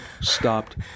stopped